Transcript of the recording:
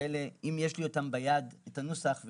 יש לי את נוסח התקנות ביד,